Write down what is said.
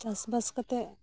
ᱪᱟᱥᱼᱵᱟᱥ ᱠᱟᱛᱮᱫ